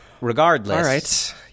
Regardless